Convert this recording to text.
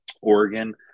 Oregon